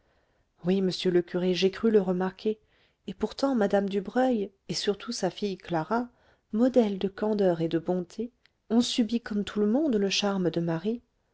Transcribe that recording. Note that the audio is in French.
oui monsieur le curé j'ai cru le remarquer et pourtant mme dubreuil et surtout sa fille clara modèle de candeur et de bonté ont subi comme tout le monde le charme de marie